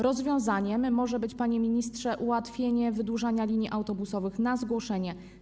Rozwiązaniem może być, panie ministrze, ułatwienie wydłużania linii autobusowych na zgłoszenie.